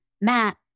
Matt